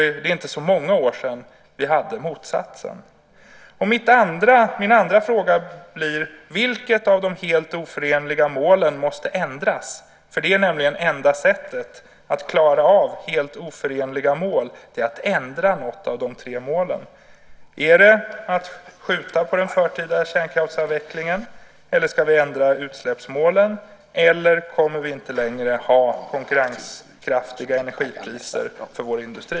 Det är inte så många år sedan det var motsatsen. Min andra fråga blir: Vilket av de helt oförenliga målen måste ändras? Det enda sättet att klara av dessa helt oförenliga mål är nämligen att man ändrar något av de tre målen. Ska vi skjuta på den förtida kärnkraftsavvecklingen, eller ska vi ändra utsläppsmålen, eller kommer vi inte längre att ha konkurrenskraftiga energipriser för vår industri?